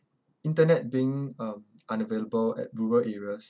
internet being um unavailable at rural areas